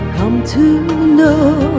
to know.